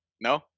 No